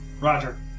Roger